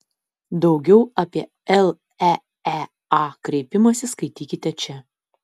daugiau apie leea kreipimąsi skaitykite čia